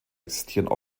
existieren